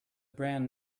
brand